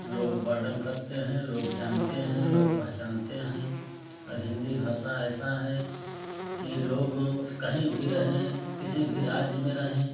लोग वर्णन करते हैं लोग जानते हैं लोग पहचानते हैं और हिंदी भाषा ऐसा है कि लोग कहीं भी रहें किसी भी राज्य में रहें